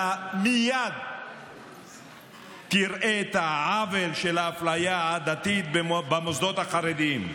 אתה מייד תראה את העוול של האפליה העדתית במוסדות החרדיים.